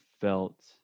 felt